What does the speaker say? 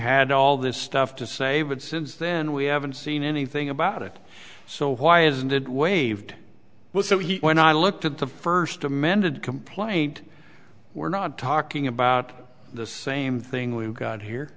had all this stuff to say but since then we haven't seen anything about it so why isn't it waived was so he when i looked at the first amended complaint we're not talking about the same thing we've got here